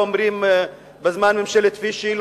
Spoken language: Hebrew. לא אומרים בזמן ממשלת וישי,